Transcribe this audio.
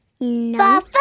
No